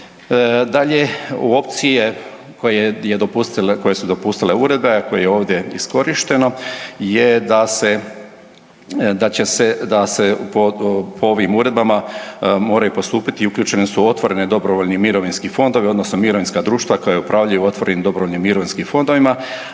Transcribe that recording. Dalje, u opciji je, koje su dopustile uredbe, a koji je ovdje iskorišteno je da se po ovim uredbama moraju postupiti i uključene su u otvorene dobrovoljne mirovinske fondove odnosno mirovinska društva koja upravljaju otvorenim dobrovoljnim mirovinskim fondovima,